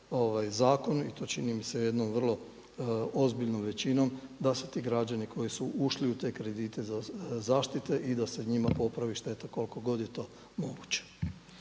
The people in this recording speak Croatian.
i to čini mi se jednom vrlo ozbiljnom većinom da su ti građani koji su ušli u te kredite zaštite i da se njima popravi šteta koliko god je to moguće.